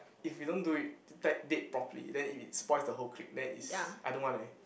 if we don't do it like date properly then it if spoil the whole clique then it's I don't want eh